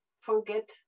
forget